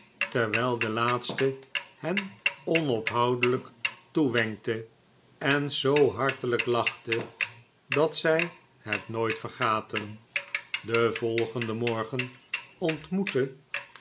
terwyl de laatste hen onophoudelijk toewenkte en zoo hartelijk lachte dat zij het nooit vergaten den volgenden morgen ontmoetten